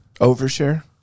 Overshare